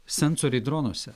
sensoriai dronuose